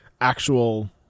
actual